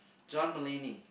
John-Mulaney